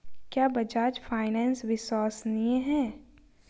क्या बजाज फाइनेंस विश्वसनीय है?